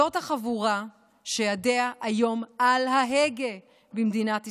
זאת החבורה שידיה היום על ההגה במדינת ישראל.